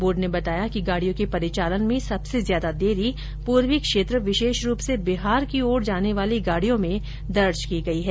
board ने बताया कि गाड़ियों के परिचालन में सबसे ज्यादा देरी पूर्वी क्षेत्र विशेष रूप से बिहार की ओर जाने वाली गाड़ियों में दर्ज की गयी है